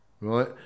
right